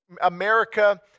America